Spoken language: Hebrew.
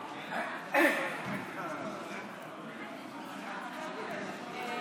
כן,